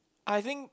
I think